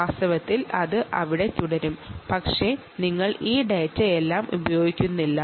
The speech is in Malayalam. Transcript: വാസ്തവത്തിൽ അത് അവിടെ തുടരും പക്ഷേ നിങ്ങൾ ഈ ഡാറ്റയെല്ലാം ഉപയോഗിക്കുന്നില്ല